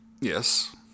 Yes